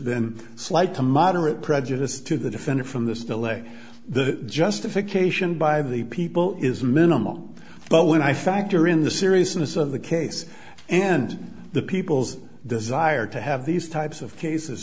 then slight to moderate prejudice to the defender from this delay the justification by the people is minimal but when i factor in the seriousness of the case and the people's desire to have these types of cases